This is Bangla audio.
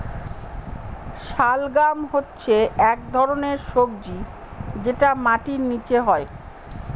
শালগাম হচ্ছে এক ধরনের সবজি যেটা মাটির নীচে হয়